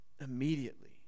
immediately